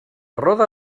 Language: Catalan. roda